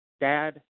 dad